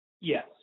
Yes